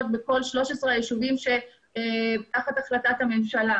בכל 13 היישובים שתחת החלטת הממשלה,